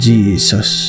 Jesus